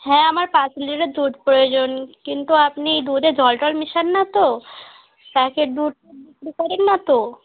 হ্যাঁ আমার পাঁচ লিটার দুধ প্রয়োজন কিন্তু আপনি দুধে জল টল মেশান না তো প্যাকেট দুধ বিক্রি করেন না তো